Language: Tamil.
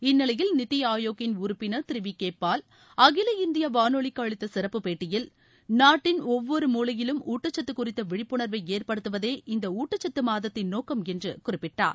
இந்நிலையில் நித்தி ஆயோக்கின் உறுப்பினர் திரு வி கே பால் அகில இந்திய வானொலிக்கு அளித்த சிறப்பு பேட்டியில் நாட்டின் ஒவ்வொரு மூலையிலும் ஊட்டச்சத்து குறித்த விழிப்புணர்வை ஏற்படுத்துவதே இந்த ஊட்டக்கத்து மாதத்தின் நோக்கம் என்று குறிப்பிட்டார்